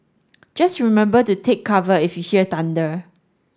just remember to take cover if you hear thunder